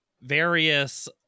various